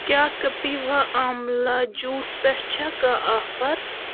کیٛاہ کیپِوا ٲملا جوٗس پٮ۪ٹھ چھا کانٛہہ آفر